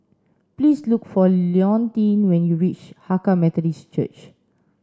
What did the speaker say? please look for Leontine when you reach Hakka Methodist Church